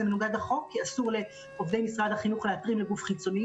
זה מנוגד לחוק כי אסור לעובדי משרד החינוך להתרים לגוף חיצוני,